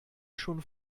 schon